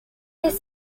his